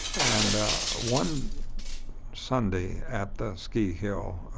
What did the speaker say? and one sunday at the ski hill,